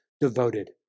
devoted